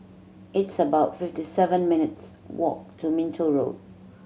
it's about fifty seven minutes' walk to Minto Road